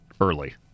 early